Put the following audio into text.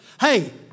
Hey